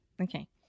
Okay